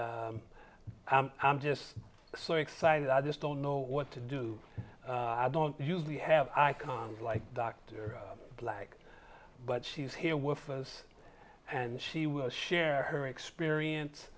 and i'm just so excited i just don't know what to do i don't usually have icons like dr black but she's here with us and she will share her experience